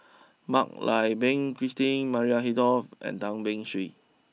Mak Lai Peng Christine Maria Hertogh and Tan Beng Swee